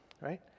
right